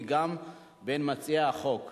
שהיא ממציעי החוק,